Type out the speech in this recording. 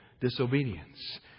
disobedience